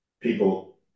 people